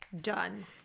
Done